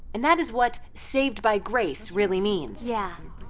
and that is what saved by grace really means. yeah